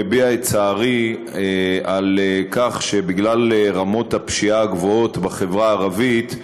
אני מביע את צערי על כך שבגלל רמות הפשיעה הגבוהות בחברה הערבית,